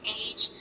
age